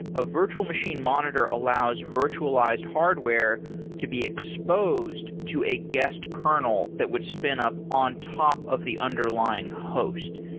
a virtual machine monitor allows virtualized hardware to be exposed to a guest kernel that would spin up on top of the underlying host.